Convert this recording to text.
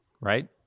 right